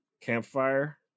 Campfire